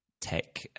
tech